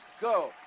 go